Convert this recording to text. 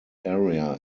area